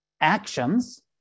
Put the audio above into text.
actions